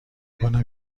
کنم